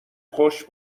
خوش